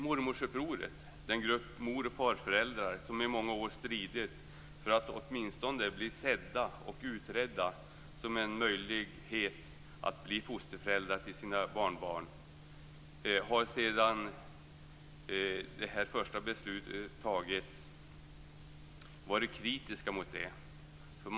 Mormorsupproret - den grupp mor och farföräldrar som i många år stridit för att åtminstone bli sedda och få möjligheten utredd att bli fosterföräldrar till sina barnbarn - har sedan det första beslutet fattades varit kritiska mot beslutet.